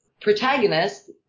protagonist